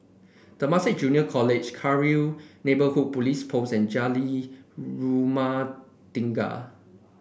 Temasek Junior College Cairnhill Neighbourhood Police Post and Jalan Rumah Tinggi